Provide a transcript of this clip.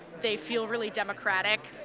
they feel really democratic.